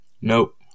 Nope